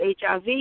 HIV